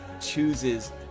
chooses